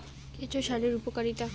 কেঁচো সারের উপকারিতা?